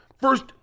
first